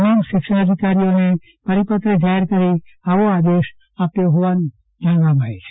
તમામ શિક્ષણાધિકારીને પરિપત્ર જાહેર કરી આવો આદેશ આપ્યો હોવાનું જાણવા મળે છે